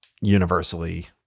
universally